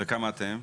וכמה אתם?